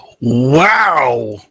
wow